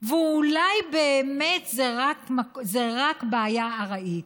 ואולי באמת זו רק בעיה ארעית.